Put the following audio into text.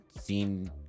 seen